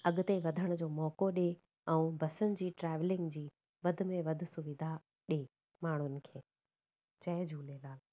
अॻिते वधण जो मौको ॾिए ऐं बसियुनि जी ट्रेवलिंग जी वधि में वधि सुविधा ॾिए माण्हुनि खे जय झूलेलाल